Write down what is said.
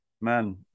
man